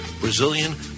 Brazilian